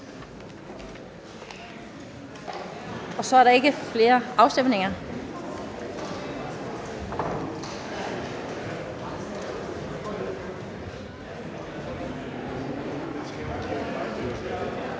Så er der ikke flere afstemninger.